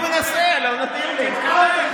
אני מנסה, לא נותנים לי.